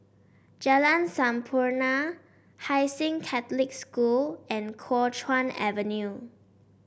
Jalan Sampurna Hai Sing Catholic School and Kuo Chuan Avenue